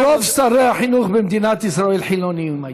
כל שרי החינוך במדינת ישראל היו חילונים.